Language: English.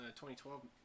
2012